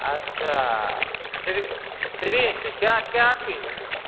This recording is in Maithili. अच्छा सिरिं सिरिंच कए कए पीस